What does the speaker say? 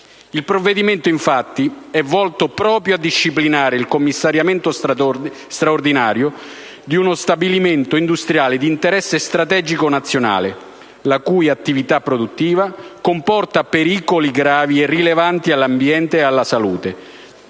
Il provvedimento infatti è volto proprio a disciplinare il commissariamento straordinario di uno stabilimento industriale di interesse strategico nazionale, la cui attività produttiva comporta pericoli gravi e rilevanti all'ambiente e alla salute,